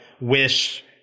wish